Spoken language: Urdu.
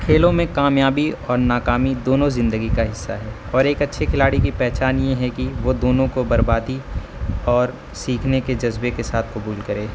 کھیلوں میں کامیابی اور ناکامی دونوں زندگی کا حصہ ہے اور ایک اچھی کھلاڑی کی پہچان یہ ہے کہ وہ دونوں کو بردباری اور سیکھنے کے جذبے کے ساتھ کو قبول کرے